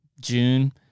June